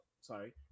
sorry